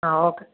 ആ ഓക്കെ